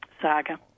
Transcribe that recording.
saga